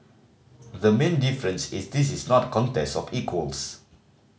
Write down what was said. the main difference is this is not a contest of equals